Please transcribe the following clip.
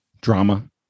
drama